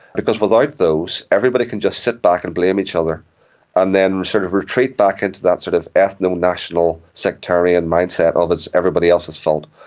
because without those everybody can just sit back and blame each other and then sort of retreat back into that sort of ethno-national sectarian mindset of it's everybody else's fault.